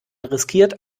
riskiert